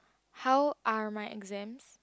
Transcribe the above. how are my exams